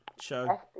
show